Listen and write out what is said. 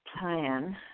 Plan